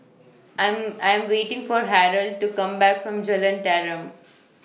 I'm I'm waiting For Harrold to Come Back from Jalan Tarum